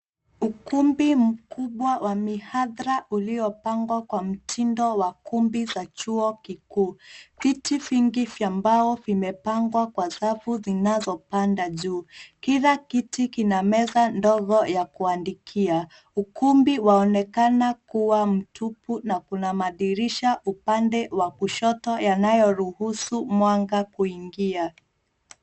Ukumbi mkubwa wa mihadhara ulio pangwa kwa mtindo wa kumbi za chuo kikuu viti vingi vya mbao vimepangwa kwa safu zinazopanda juu kila kiti kina meza ndogo ya kuandikia. Ukumbi waonekana kuwa mtupu na kuna madirisha upande wa kushoto yanayo ruhusu mwanga kuingia.